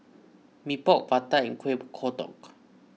Mee Pok Vadai and Kuih Kodok